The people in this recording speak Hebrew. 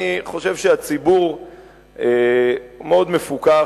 אני חושב שהציבור מאוד מפוכח,